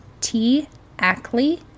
tackley